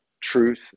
truth